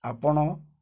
ଆପଣ